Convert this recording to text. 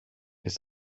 ist